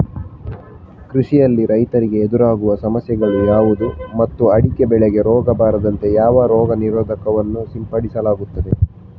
ಕೃಷಿಯಲ್ಲಿ ರೈತರಿಗೆ ಎದುರಾಗುವ ಸಮಸ್ಯೆಗಳು ಯಾವುದು ಮತ್ತು ಅಡಿಕೆ ಬೆಳೆಗೆ ರೋಗ ಬಾರದಂತೆ ಯಾವ ರೋಗ ನಿರೋಧಕ ವನ್ನು ಸಿಂಪಡಿಸಲಾಗುತ್ತದೆ?